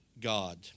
God